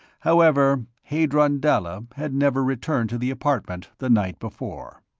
however, hadron dalla had never returned to the apartment, the night before.